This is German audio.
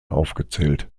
aufgezählt